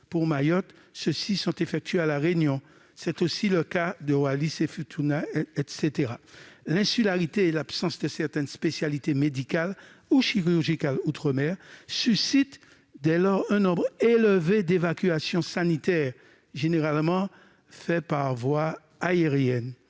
Pour Mayotte, ceux-ci sont effectués à La Réunion. C'est aussi le cas à Wallis-et-Futuna, etc. L'insularité et l'absence de certaines spécialités médicales ou chirurgicales outre-mer suscitent dès lors un nombre élevé d'évacuations sanitaires, généralement par voie aérienne.